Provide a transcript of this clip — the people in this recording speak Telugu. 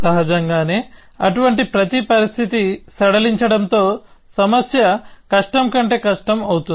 సహజంగానే అటువంటి ప్రతి పరిస్థితి సడలించడంతో సమస్య కష్టం కంటే కష్టం అవుతుంది